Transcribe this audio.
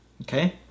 okay